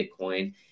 Bitcoin